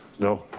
no,